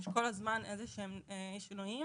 יש כל הזמן איזשהם שינויים,